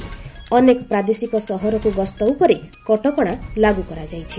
ଅନେକ ପ୍ରାଦେଶିକ ସହରକୁ ଗସ୍ତ ଉପରେ କଟକଣା ଲାଗୁ କରାଯାଇଛି